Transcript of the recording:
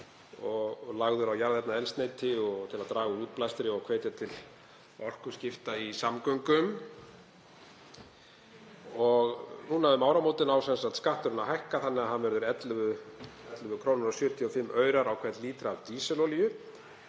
lagður á jarðefnaeldsneyti til að draga úr útblæstri og hvetja til orkuskipta í samgöngum. Nú um áramótin á skatturinn að hækka þannig að hann verður 11 kr. og 75 aurar á hvern lítra af dísilolíu